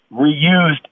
reused